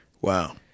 Wow